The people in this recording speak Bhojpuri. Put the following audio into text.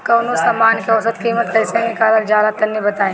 कवनो समान के औसत कीमत कैसे निकालल जा ला तनी बताई?